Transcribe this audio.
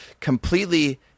completely